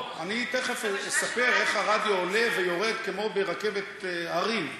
אני תכף אספר איך הרדיו עולה ויורד כמו ברכבת הרים,